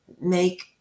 make